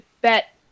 bet